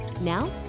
Now